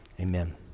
amen